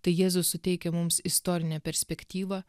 tai jėzus suteikia mums istorinę perspektyvą